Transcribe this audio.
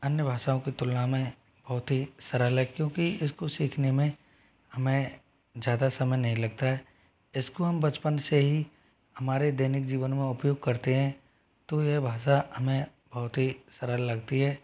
अन्य भाषाओं की तुलना में बहुत ही सरल है क्योंकि इसको सीखने में हमें ज़्यादा समय नहीं लगता है इसको हम बचपन से ही हमारे दैनिक जीवन में उपयोग करते हैं तो यह भाषा हमें बहुत ही सरल लगती है